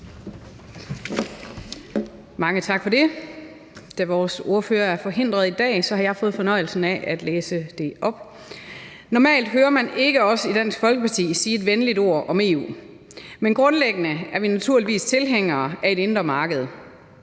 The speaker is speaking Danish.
Mange tak for det. Da vores ordfører i dag er forhindret i at være her, har jeg fået fornøjelsen af at læse talen op. Normalt hører man ikke os i Dansk Folkeparti sige et venligt ord om EU, men grundlæggende er vi naturligvis tilhængere af et indre marked.